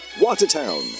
Watertown